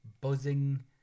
buzzing